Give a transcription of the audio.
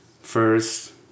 first